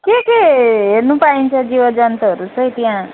के के हेर्नु पाइन्छ जीवजन्तुहरू चाहिँ त्यहाँ